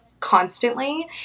constantly